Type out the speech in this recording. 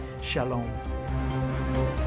Shalom